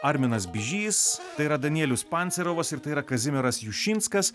arminas bižys tai yra danielius pancerovas ir tai yra kazimieras jušinskas